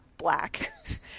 black